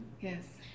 Yes